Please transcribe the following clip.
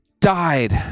died